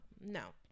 no